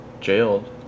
jailed